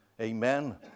Amen